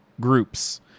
groups